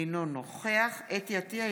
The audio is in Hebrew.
אינו נוכח חוה אתי עטייה,